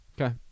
Okay